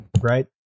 right